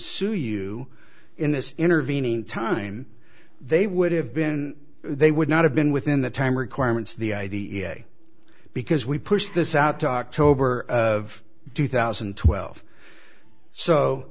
sue you in this intervening time they would have been they would not have been within the time requirements the i d e a because we pushed this out to october of two thousand and twelve so